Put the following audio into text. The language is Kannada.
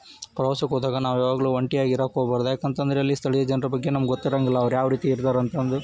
ಪ್ರವಾಸಕ್ಕೆ ಹೋದಾಗ ನಾವು ಯಾವಾಗಲೂ ಒಂಟಿಯಾಗಿರೋಕ್ಕೆ ಹೋಗ್ಬಾರ್ದು ಯಾಕಂತ ಅಂದ್ರೆ ಅಲ್ಲಿ ಸ್ಥಳೀಯ ಜನ್ರ ಬಗ್ಗೆ ನಮ್ಗೆ ಗೊತ್ತಿರೋಂಗಿಲ್ಲ ಅವ್ರ ಯಾವ ರೀತಿ ಇರ್ತಾರೆ ಅಂತಂದು